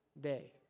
day